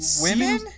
Women